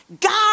God